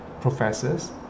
professors